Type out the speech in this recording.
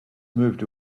moved